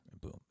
Boom